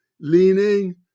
leaning